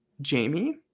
Jamie